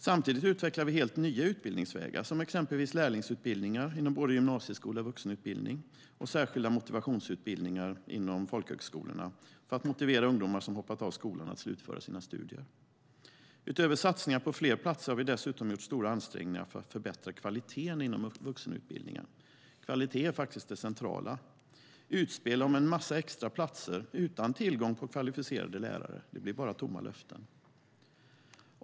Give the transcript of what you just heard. Samtidigt utvecklar vi helt nya utbildningsvägar, exempelvis lärlingsutbildningar inom både gymnasieskola och vuxenutbildning och särskilda motivationsutbildningar inom folkhögskolorna för att motivera ungdomar som hoppat av skolan att slutföra sina studier. Utöver satsningar på fler platser har vi dessutom gjort stora ansträngningar för att förbättra kvaliteten inom vuxenutbildningen. Kvalitet är det centrala. Utspel om en massa extra platser utan tillgång till kvalificerade lärare blir bara tomma löften.